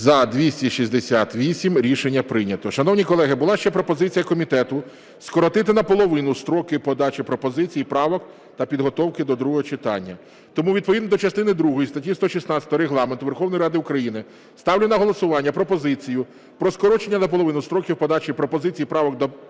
За-268 Рішення прийнято. Шановні колеги, була ще пропозиція комітету скоротити наполовину строки подачі пропозицій і правок та підготовки до другого читання. Тому відповідно до частини другої статті 116 Регламенту Верховної Ради України ставлю на голосування пропозицію про скорочення наполовину строків подачі пропозицій і правок та